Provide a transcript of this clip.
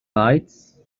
lights